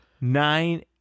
nine